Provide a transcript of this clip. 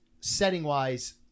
setting-wise